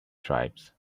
tribes